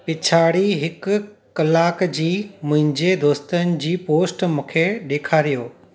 पिछाड़ी हिकु कलाकु जी मुंहिंजे दोस्तनि जी पोस्ट मूंखे ॾेखारियो